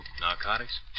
Narcotics